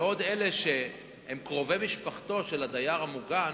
בעוד אלה שהם קרובי משפחתו של דייר מוגן